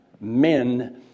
men